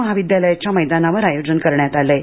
महाविद्यालयाच्या मैदानावर आयोजन करण्यात आलं आहे